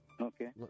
Okay